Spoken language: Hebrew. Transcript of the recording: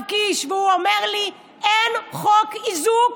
קיש והוא אומר לי: אין חוק איזוק,